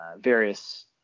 various